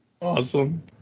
awesome